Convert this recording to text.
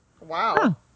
Wow